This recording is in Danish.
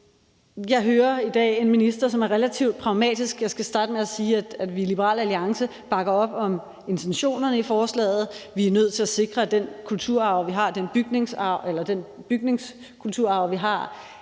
Jeg hører i dag en minister, som er relativt pragmatisk. Jeg skal starte med at sige, at vi i Liberal Alliance bakker op om intentionerne i forslaget. Vi er nødt til at sikre, at den bygningskulturarv, vi har,